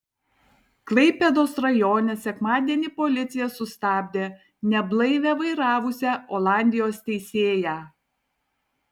klaipėdos rajone sekmadienį policija sustabdė neblaivią vairavusią olandijos teisėją